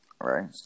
Right